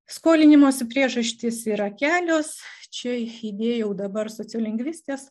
skolinimosi priežastys yra kelios čia įdėjau dabar sociolingvistinės